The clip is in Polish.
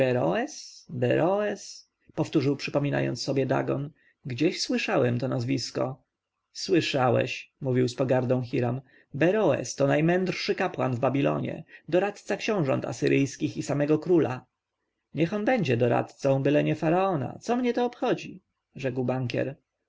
beroes powtórzył przypominając sobie dagon gdzieś słyszałem to nazwisko słyszałeś mówił z pogardą hiram beroes to najmędrszy kapłan w babilonie doradca książąt asyryjskich i samego króla niech on będzie doradcą byle nie faraona co mnie to obchodzi rzekł bankier